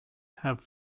have